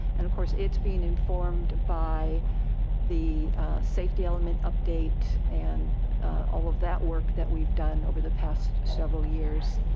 and of course it's being informed by the safety element update and all of that work that we've done over the past several years.